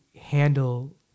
handle